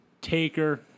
Taker